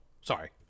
sorry